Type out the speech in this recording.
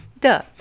Duh